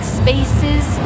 spaces